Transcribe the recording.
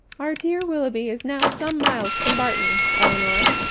our dear willoughby is now some miles from barton, elinor,